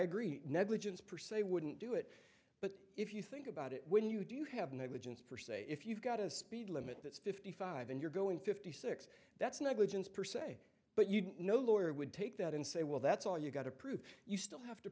agree negligence per se wouldn't do it if you think about it when you do you have negligence for say if you've got a speed limit that's fifty five and you're going fifty six that's negligence per se but you know lawyer would take that and say well that's all you've got to prove you still have to